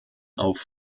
auf